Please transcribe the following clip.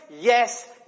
yes